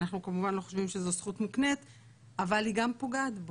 אנחנו כמובן לא חושבים שזו זכות מוקנית אבל היא גם פוגעת בו.